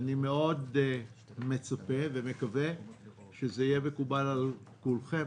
אני מצפה ומקווה מאוד שזה יהיה מקובל על כולכם.